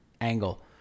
angle